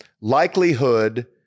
likelihood